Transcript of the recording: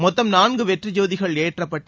மொத்தம் நான்கு வெற்றி ஜோதிகள் ஏற்றப்பட்டு